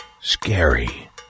scary